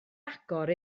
agor